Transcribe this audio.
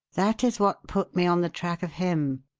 that is what put me on the track of him.